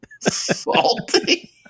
salty